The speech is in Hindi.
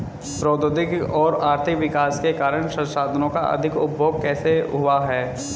प्रौद्योगिक और आर्थिक विकास के कारण संसाधानों का अधिक उपभोग कैसे हुआ है?